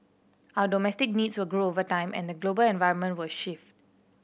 our domestic needs will grow over time and the global environment will shift